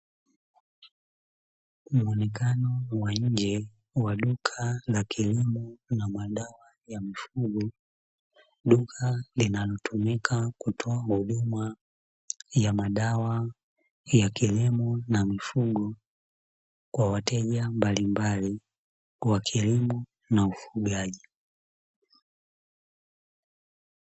Muonekano wa nje wa duka la kilimo na madawa ya mifugo duka linalotumika kutoa huduma ya madawa ya kilimo na mifugo kwa wateja mbalimbali wa kilimo na ufugaji.